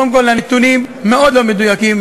קודם כול הנתונים מאוד לא מדויקים,